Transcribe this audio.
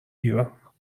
گیرم